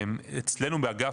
אצלנו באגף,